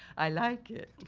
i like it.